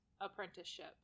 apprenticeship